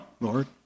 Lord